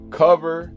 cover